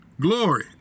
glory